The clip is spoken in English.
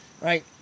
right